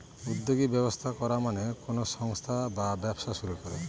উদ্যোগী ব্যবস্থা করা মানে কোনো সংস্থা বা ব্যবসা শুরু করা